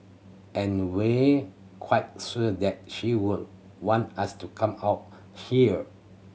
and we quite sure that she would want us to come out here